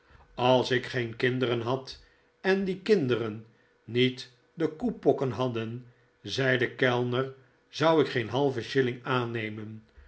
als ik geen kinderen had en die kinderen niet de koepokken hadden zei de kellner zou ik geen halven shilling aannemen